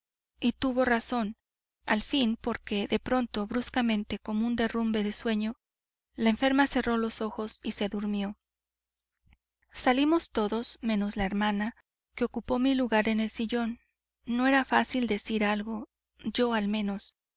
y tuvo razón al fin porque de pronto bruscamente como un derrumbe de sueño la enferma cerró los ojos y se durmió salimos todos menos la hermana que ocupó mi lugar en el sillón no era fácil decir algo yo al menos